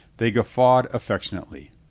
they guf fawed affectionately.